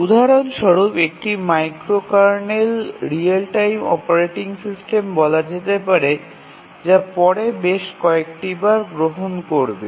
উদাহরণ স্বরূপ একটি microkernel real time operating system বলা যেতে পারে যা পরে বেশ কয়েকটিবার গ্রহণ করবে